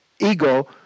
ego